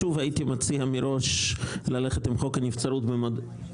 לגבי חוק הנבצרות הייתי מציע מראש ללכת במודל הזה.